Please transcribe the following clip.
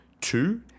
two